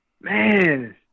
man